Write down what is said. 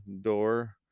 door